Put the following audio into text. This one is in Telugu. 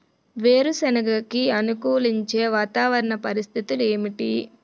వేరుసెనగ కి అనుకూలించే వాతావరణ పరిస్థితులు ఏమిటి?